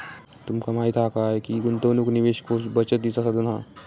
तुमका माहीत हा काय की गुंतवणूक निवेश कोष बचतीचा साधन हा